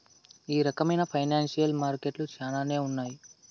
ఈ రకమైన ఫైనాన్సియల్ మార్కెట్లు శ్యానానే ఉన్నాయి